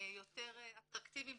יותר אטרקטיביים,